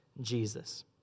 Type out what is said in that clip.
Jesus